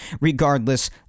regardless